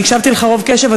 הקשבתי לך רוב קשב,